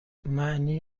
معنی